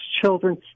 children